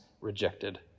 rejected